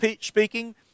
speaking